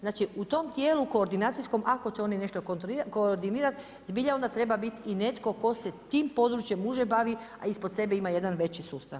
Znači u tom tijelu koordinacijskom ako će oni nešto koordinirati zbilja onda treba biti i netko tko se tim područjem uže bavi, a ispod sebe ima jedan veći sustav.